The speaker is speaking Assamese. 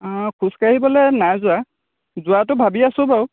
খোজ কাঢ়িবলৈ নাই যোৱা যোৱাটো ভাবি আছোঁ বাৰু